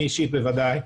אני אישית בוודאי,